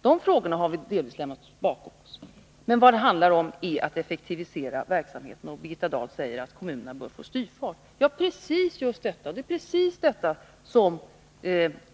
De frågorna har vi delvis lämnat bakom oss. Men vad det handlar om är att effektivisera verksamheten. Birgitta Dahl säger att kommunerna bör få styrfart. Ja, det är just precis detta som